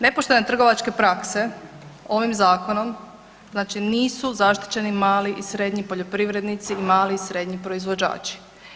Nepoštene trgovačke prakse ovim zakonom nisu zaštićeni mali i srednji poljoprivrednici, mali i srednji proizvođači.